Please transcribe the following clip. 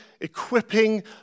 equipping